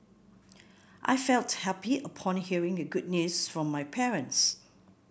I felt happy upon hearing the good news from my parents